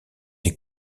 des